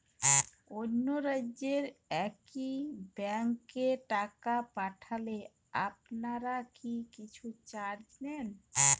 অন্য রাজ্যের একি ব্যাংক এ টাকা পাঠালে আপনারা কী কিছু চার্জ নেন?